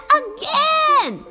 again